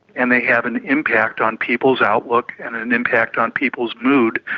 and they have an impact on people's outlook and an an impact on people's mood.